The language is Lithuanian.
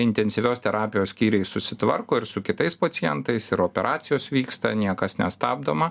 intensyvios terapijos skyriai susitvarko ir su kitais pacientais ir operacijos vyksta niekas nestabdoma